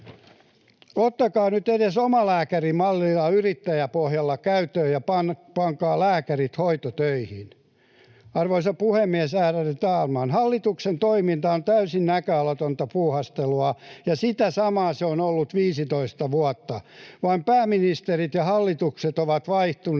Ottakaa nyt edes omalääkärimalli yrittäjäpohjalta käyttöön ja pankaa lääkärit hoitotöihin. Arvoisa puhemies, ärade talman! Hallituksen toiminta on täysin näköalatonta puuhastelua, ja sitä samaa se on ollut 15 vuotta — vain pääministerit ja hallitukset ovat vaihtuneet,